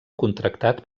contractat